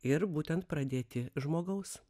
ir būtent pradėti žmogaus